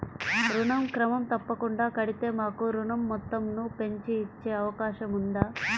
ఋణం క్రమం తప్పకుండా కడితే మాకు ఋణం మొత్తంను పెంచి ఇచ్చే అవకాశం ఉందా?